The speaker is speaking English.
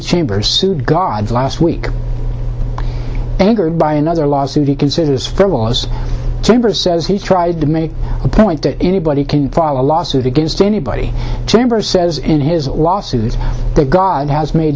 chambers sued god last week angered by another lawsuit he considers fair was timber says he tried to make a point that anybody can file a lawsuit against anybody timber says in his lawsuit that god has made